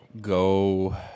go